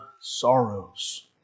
sorrows